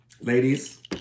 Ladies